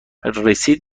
رسید